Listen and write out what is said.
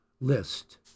list